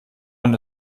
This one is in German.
man